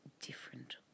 different